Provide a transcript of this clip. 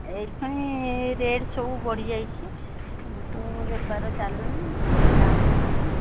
ଏଇଥିପାଇଁ ରେଟ୍ ସବୁ ବଢ଼ି ଯାଇଛି ତ ବେପାର ଚାଲୁନି ଗ୍ରାହକ ନାହିଁ